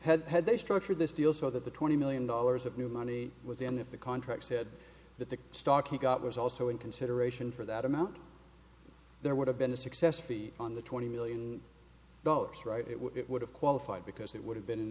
money had they structured this deal so that the twenty million dollars of new money was the end of the contract said that the stock he got was also in consideration for that amount there would have been a success feet on the twenty million dollars right it would have qualified because it would have been in